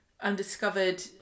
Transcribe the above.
undiscovered